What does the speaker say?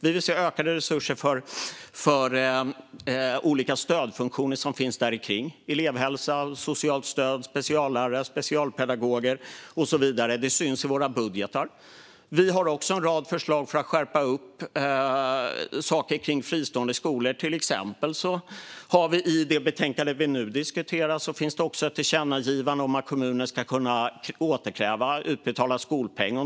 Vi vill se ökade resurser för olika stödfunktioner - elevhälsan, socialt stöd, speciallärare, specialpedagoger och så vidare. Det syns i våra budgetar. Vi har också en rad förslag för att skärpa saker kring fristående skolor. I det betänkande vi nu diskuterar har vi ett tillkännagivande om att kommuner ska kunna återkräva utbetald skolpeng.